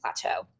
plateau